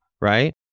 Right